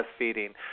breastfeeding